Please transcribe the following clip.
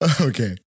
Okay